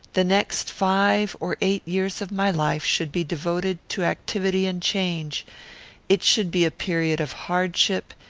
the next five or eight years of my life should be devoted to activity and change it should be a period of hardship,